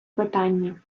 питання